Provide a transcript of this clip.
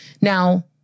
Now